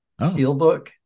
Steelbook